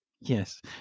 yes